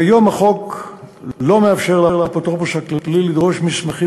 כיום החוק לא מאפשר לאפוטרופוס הכללי לדרוש מסמכים